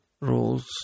rules